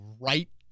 right